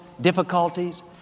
difficulties